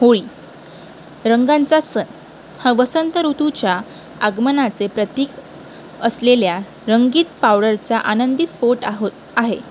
होळी रंगांचा सण हा वसंत ऋतूच्या आगमनाचे प्रतीक असलेल्या रंगीत पावडरचा आनंदी स्फोट आहोत आहे